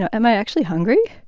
am i actually hungry,